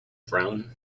frown